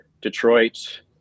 detroit